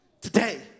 today